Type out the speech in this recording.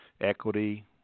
equity